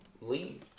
leave